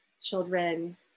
children